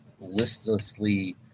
listlessly